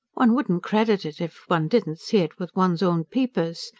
one wouldn't credit it if one didn't see it with one's own peepers!